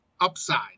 upside